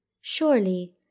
Surely